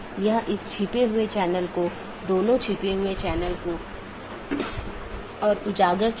इन साथियों के बीच BGP पैकेट द्वारा राउटिंग जानकारी का आदान प्रदान किया जाना आवश्यक है